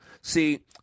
See